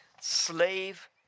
slave